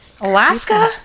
Alaska